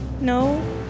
No